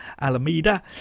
Alameda